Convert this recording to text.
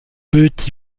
peut